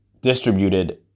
distributed